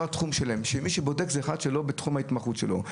התחום שלהם: שמי שבודק זה אחד שלא בתחום ההתמחות שלו.